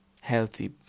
Healthy